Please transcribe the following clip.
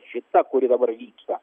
šita kuri dabar vyksta